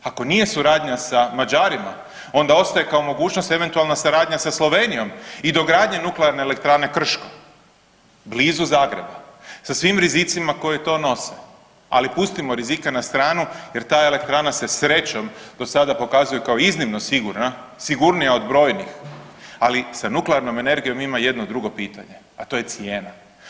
Ako nije suradnja sa Mađarima onda ostaje kao mogućnost eventualna suradnja sa Slovenijom i dogradnja nuklearne elektrane Krško, blizu Zagreba sa svim rizicima koje to nose, ali pustimo rizike na stranu jer ta elektrana se srećom do sada pokazuje kao iznimno sigurna, sigurnija od brojnih, ali sa nuklearnom energijom ima jedno drugo pitanje, a to je cijena.